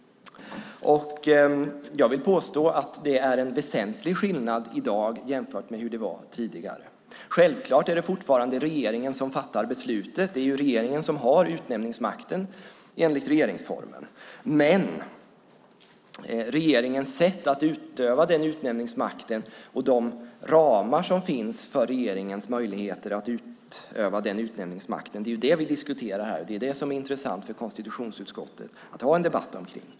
Jag vill påstå att det är en väsentlig skillnad i dag jämfört med hur det var tidigare. Självklart är det fortfarande regeringen som fattar beslutet, eftersom det är regeringen som har utnämningsmakten enligt regeringsformen, men regeringens sätt att utöva utnämningsmakten och de ramar som finns för regeringens möjligheter att utöva den är vad vi diskuterar här. Det är det som är intressant för konstitutionsutskottet att ha en debatt om.